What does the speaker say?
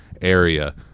area